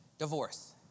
Divorce